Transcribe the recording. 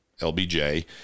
LBJ